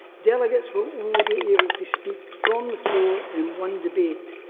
delegates will only be able to speak from the floor in one debate.